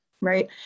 right